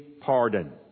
pardon